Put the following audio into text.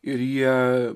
ir jie